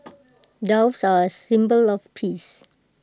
doves are A symbol of peace